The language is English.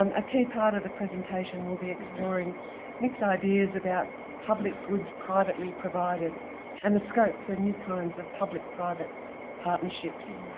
um a key part of the presentation will be exploring vick's ideas about public goods privately provided and the scope for new kinds of public private partnerships.